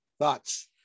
Thoughts